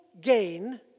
gain